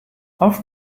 auf